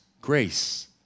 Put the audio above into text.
grace